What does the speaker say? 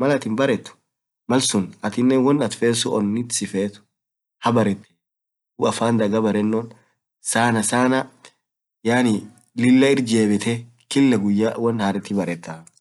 baretaaatinen malsuun woan onitin sii feet suun habaretee.afaan dagaa barenoo sanasanaa lilaa irrjebitee woanharetii baretaa.